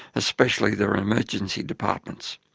especially their emergency departments.